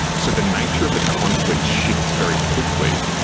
so the nature of the conflict shifts very quickly,